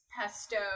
pesto